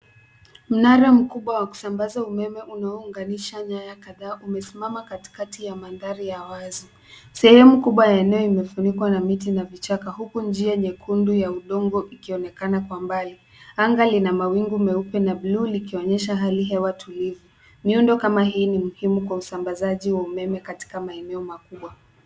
Mnara mkubwa wa kusambaza umeme unaounganisha nyaya kadhaa umesimama katikati ya mandhari ya wazi. Sehemu kubwa ya eneo imefunikwa na miti na vichaka, huku njia nyekundu ya udongo ikionekana kwa mbali. Anga lina mawingu meupe na bluu likionyesha hali hewa tulivu. Miundo kama hii ni muhimu kwa usambazaji wa umeme katika maeneo makubwa.